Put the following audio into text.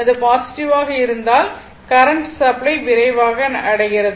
அது பாசிட்டிவ் ஆக இருந்தால் கரண்ட் சப்ளை வோல்டேஜை விரைவாக அடைகிறது